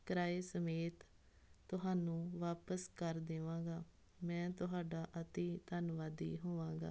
ਕਿਰਾਏ ਸਮੇਤ ਤੁਹਾਨੂੰ ਵਾਪਿਸ ਕਰ ਦੇਵਾਂਗਾ ਮੈਂ ਤੁਹਾਡਾ ਅਤਿ ਧੰਨਵਾਦੀ ਹੋਵਾਂਗਾ